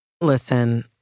Listen